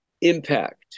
impact